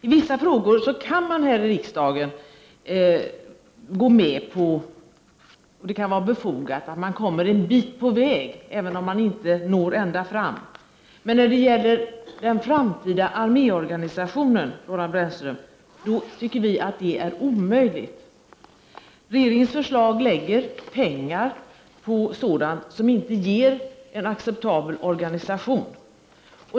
I vissa frågor kan man här i riksdagen gå med på och finna det befogat att man kommer en bit på väg, även om man inte når ända fram, men när det gäller den framtida arméorganisationen tycker vi att det är omöjligt, Roland Brännström. Regeringens förslag lägger pengar på sådant som inte ger en acceptabel organisation.